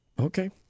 Okay